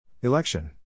Election